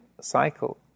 cycle